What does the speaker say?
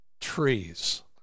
trees